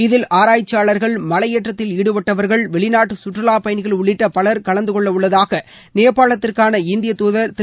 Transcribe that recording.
இதில் ஆராய்ச்சியாளர்கள் மலையேற்றத்தில் ஈடுபட்டவர்கள் வெளிநாட்டு கற்றுலாப் பயணிகள் உள்ளிட்ட பவர் கலந்தகொள்ள உள்ளதாக நேபாளத்திற்காள இந்திய துதர் திரு